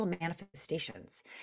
manifestations